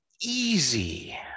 easy